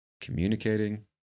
communicating